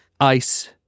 Ice